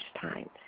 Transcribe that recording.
times